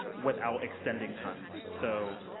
without extending time. so